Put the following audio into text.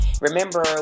Remember